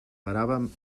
paràvem